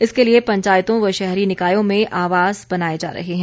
इसके लिए पंचायतों व शहरी निकायों में आवास बनाए जा रहे हैं